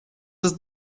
was